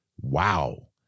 wow